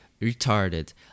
Retarded